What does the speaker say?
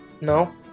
No